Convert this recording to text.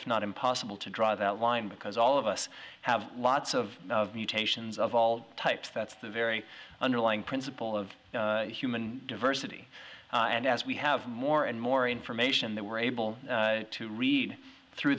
if not impossible to draw that line because all of us have lots of mutations of all types that's the very underlying principle of human diversity and as we have more and more information that we're able to read through